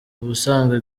ubusanzwe